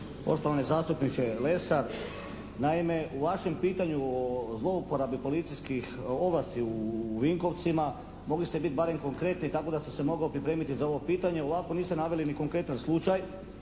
Poštovani zastupniče Lesar. Naime, u vašem pitanju o zlouporabi policijskih ovlasti u Vinkovcima mogli ste bar biti konkretni tako da sam se mogao pripremiti za ovo pitanje. Ovako niste naveli ni konkretan slučaj,